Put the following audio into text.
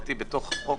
העברתי בחוק